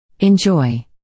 enjoy